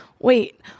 wait